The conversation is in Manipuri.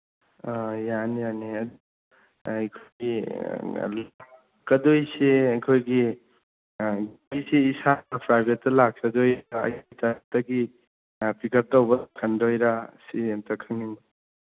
ꯑ ꯌꯥꯅꯤ ꯌꯥꯅꯤ ꯑꯩꯈꯣꯏꯒꯤ ꯂꯥꯛꯀꯗꯣꯏꯁꯦ ꯑꯩꯈꯣꯏꯒꯤ ꯏꯁꯥꯅ ꯄ꯭ꯔꯥꯏꯚꯦꯠꯇ ꯂꯥꯛꯆꯗꯣꯏꯔꯥ ꯄꯤꯀꯞ ꯇꯧꯕ ꯁꯤ ꯑꯝꯇ ꯈꯪꯅꯤꯡꯉꯤ